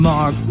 Mark